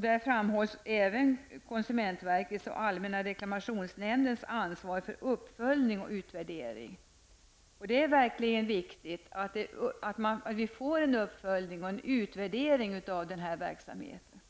Där framhålls även konsumentverkets och allmänna reklamationsnämndens ansvar för uppföljning och utvärdering. Det är verkligen viktigt att vi får en uppföljning och en utvärdering av verksamheten.